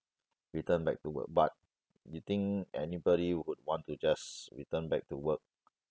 return back to work but you think anybody would want to just return back to work